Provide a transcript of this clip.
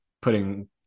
putting